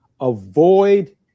avoid